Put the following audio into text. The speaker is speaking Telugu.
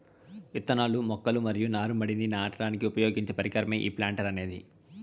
ఇత్తనాలు, మొక్కలు మరియు నారు మడిని నాటడానికి ఉపయోగించే పరికరమే ఈ ప్లాంటర్ అనేది